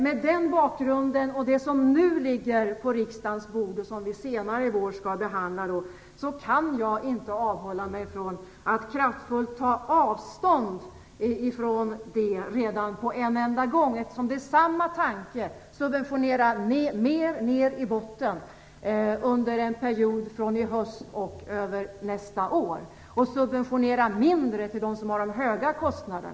Mot den bakgrunden och med tanke på det förslag som nu ligger på riksdagens bord och som vi senare i vår skall behandla kan jag inte avhålla mig från att kraftfullt ta avstånd från förslaget redan nu, eftersom det innehåller samma tanke om mer subventioner för dem med låga kostnader, under en period som sträcker sig från hösten och över nästa år, och mindre subventioner för dem som har höga kostnader.